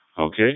Okay